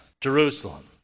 Jerusalem